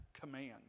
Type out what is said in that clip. command